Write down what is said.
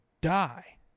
die